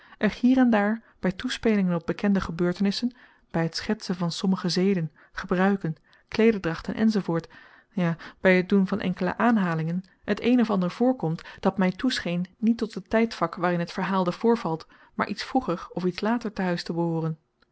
hier en daar bij toespelingen op bekende gebeurtenissen bij het schetsen van sommige zeden gebruiken kleederdrachten enz ja bij het doen van enkele aanhalingen het een of ander voorkomt dat mij toescheen niet tot het tijdvak waarin het verhaalde voorvalt maar iets vroeger of iets later te huis te behooren